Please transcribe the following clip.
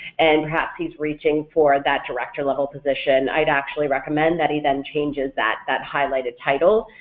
and perhaps he's reaching for that director level position, i'd actually recommend that he then changes that that highlighted title,